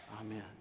Amen